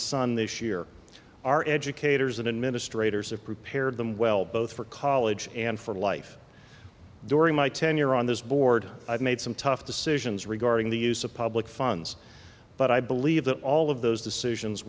son this year are educators and administrators have prepared them well both for college and for life during my tenure on this board i've made some tough decisions regarding the use of public funds but i believe that all of those decisions